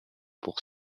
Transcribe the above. pour